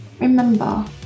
Remember